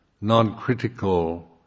non-critical